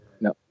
No